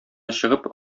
чыгып